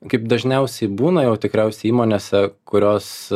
kaip dažniausiai būna jau tikriausiai įmonėse kurios